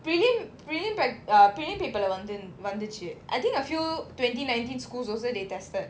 prelim prelim practical uh prelim paper leh வந்தி~ வந்திச்சு:vanthi~ vanthichu I think a few twenty nineteen schools also they tested